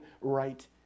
right